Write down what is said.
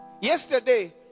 Yesterday